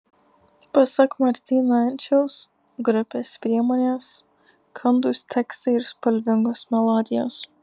pasak martyno enčiaus grupės priemonės kandūs tekstai ir spalvingos melodijos